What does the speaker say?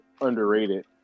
underrated